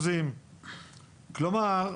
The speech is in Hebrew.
כלומר,